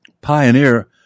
pioneer